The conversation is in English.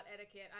etiquette